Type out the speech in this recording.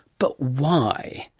but why?